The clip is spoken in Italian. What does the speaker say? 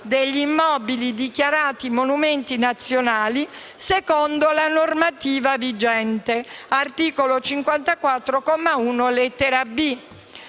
degli immobili dichiarati monumenti nazionali secondo la normativa vigente» (articolo 54, comma 1,